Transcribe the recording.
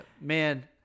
Man